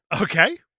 Okay